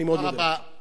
אני מאוד מודה לך.